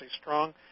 strong